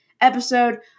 episode